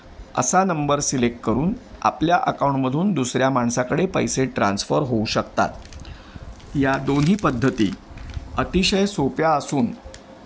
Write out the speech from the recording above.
असा number select करून आपल्या अकाऊंटमधून दुसऱ्या माणसाकडे पैसे ट्रान्स्फर होऊ शकतात या दोन्ही पद्धती अतिशय सोप्या असून